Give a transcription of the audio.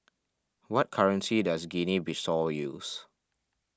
what currency does Guinea Bissau use